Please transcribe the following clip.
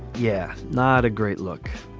yeah. not a great look.